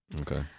Okay